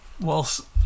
Whilst